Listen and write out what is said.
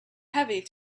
heavy